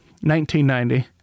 1990